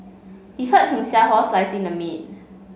he hurt himself while slicing the meat